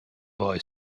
boy